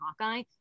Hawkeye